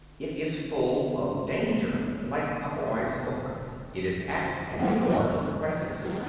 it is full of danger, like a boy's book it is at an immortal crisis.